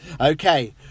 Okay